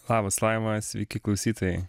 labas laima sveiki klausytojai